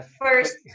first